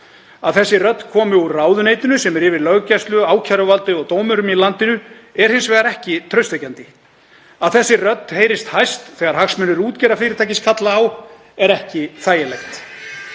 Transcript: Að þessi rödd komi úr ráðuneytinu sem er yfir löggæslu, ákæruvaldi og dómurum í landinu er hins vegar ekki traustvekjandi. Að þessi rödd heyrist hæst þegar hagsmunir útgerðarfyrirtækis kalla á er ekki þægilegt.